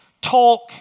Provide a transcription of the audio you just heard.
talk